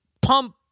Pump